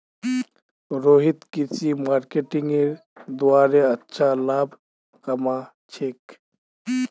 रोहित कृषि मार्केटिंगेर द्वारे अच्छा लाभ कमा छेक